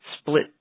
split